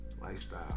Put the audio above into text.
lifestyle